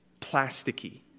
plasticky